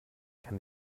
kann